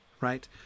right